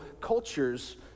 culture's